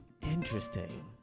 interesting